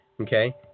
Okay